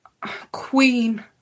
Queen